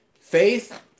faith